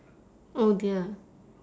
oh dear